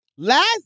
last